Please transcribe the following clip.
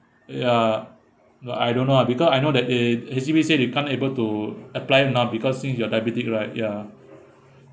ya but I don't know lah because I know that they H_D_B said he can't able to apply now because since you are diabetic right ya